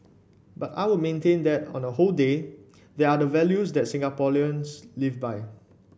but I would maintain that on the whole they are the values that Singaporeans live by